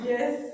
Yes